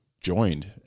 joined